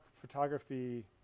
photography